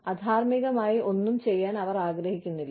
അധാർമ്മികമായ ഒന്നും ചെയ്യാൻ അവർ ആഗ്രഹിക്കുന്നില്ല